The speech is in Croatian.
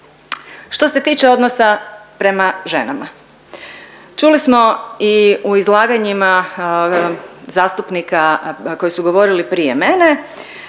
Što se tiče odnosa prema ženama, čuli smo i u izlaganjima zastupnika koji su govorili prije mene